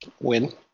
Win